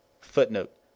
Footnote